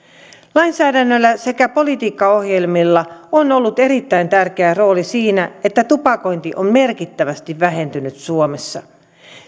lainsäädännöllä sekä politiikkaohjelmilla on ollut erittäin tärkeä rooli siinä että tupakointi on merkittävästi vähentynyt suomessa